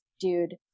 dude